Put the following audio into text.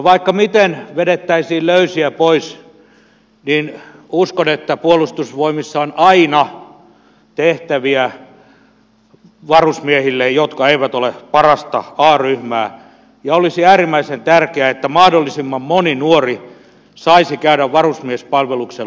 vaikka miten vedettäisiin löysiä pois uskon että puolustusvoimissa on aina tehtäviä varusmiehille jotka eivät ole parasta a ryhmää ja olisi äärimmäisen tärkeää että mahdollisimman moni nuori saisi käydä varusmiespalveluksen loppuun